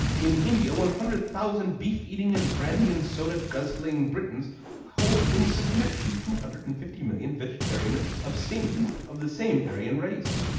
in india one hundred thousand beef-eating and brandy-and-soda guzzling britons hold in subjection two hundred and fifty million vegetarian abstainers of the same aryan race.